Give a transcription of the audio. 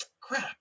crap